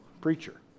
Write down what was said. preacher